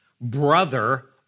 brother